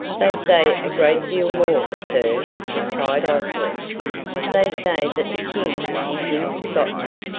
they say a great deal more, sir, replied oswald they say that the king is in scotland,